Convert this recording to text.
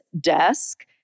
desk